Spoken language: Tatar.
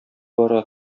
бара